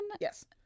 yes